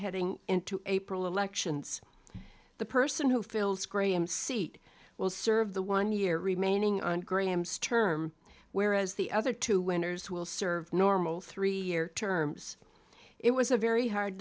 heading into april elections the person who fills graham seat will serve the one year remaining on graham's term whereas the other two winners will serve normal three year terms it was a very hard